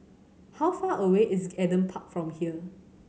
how far away is Adam Park from here